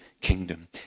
kingdom